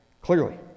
clearly